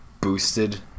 boosted